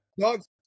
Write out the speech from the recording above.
Dogs